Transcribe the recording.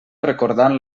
recordant